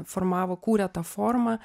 formavo kūrė tą formą